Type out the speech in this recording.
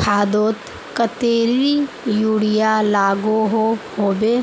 खादोत कतेरी यूरिया लागोहो होबे?